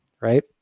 right